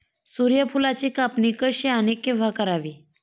सूर्यफुलाची कापणी कशी आणि केव्हा करावी?